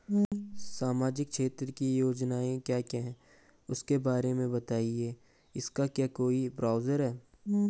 सामाजिक क्षेत्र की योजनाएँ क्या क्या हैं उसके बारे में बताएँगे इसका क्या कोई ब्राउज़र है?